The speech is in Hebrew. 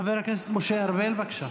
חבר הכנסת משה ארבל, בבקשה.